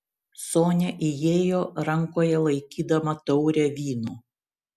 sonia įėjo rankoje laikydama taurę vyno